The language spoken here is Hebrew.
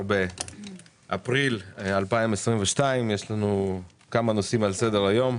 13 באפריל 2022. יש לנו כמה נושאים על סדר היום,